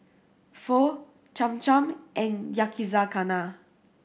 Pho Cham Cham and Yakizakana